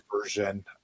version